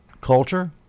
culture